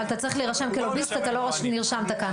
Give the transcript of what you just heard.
אבל אתה צריך להירשם כלוביסט ואתה לא נרשמת כאן ככה.